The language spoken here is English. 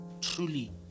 truly